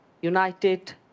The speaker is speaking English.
United